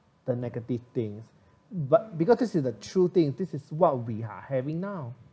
the negative things but because this is a true thing this is what we are having now